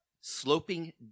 sloping